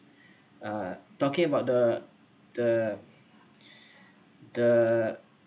uh talking about the the the